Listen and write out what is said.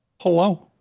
Hello